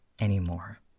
anymore